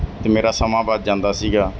ਅਤੇ ਮੇਰਾ ਸਮਾਂ ਬਚ ਜਾਂਦਾ ਸੀਗਾ